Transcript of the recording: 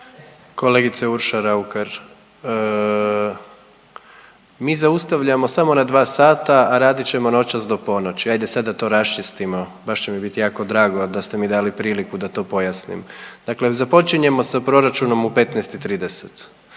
Kolegice Urša-Raukar. Mi zaustavljamo samo na 2 sata, a radit ćemo noćas do ponoći, ajde sad da to raščistimo, baš će mi biti jako drago da ste mi dali priliku da to pojasnim. Dakle započinjemo sa proračunom u 15 i 30.